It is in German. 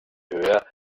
höher